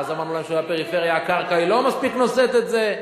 ואז אמרנו להם שבפריפריה הקרקע לא מספיק נושאת את זה.